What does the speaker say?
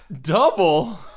Double